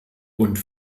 und